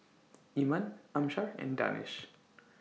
Iman Amsyar and Danish